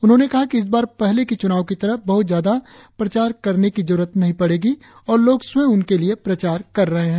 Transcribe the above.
उन्होंने कहा कि इस बार पहले की चूनाव की तरह बहुत ज्यादा प्रचार करने की जरुरत नही है और लोग स्वयं उनके लिए प्रचार कर रहे है